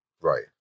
Right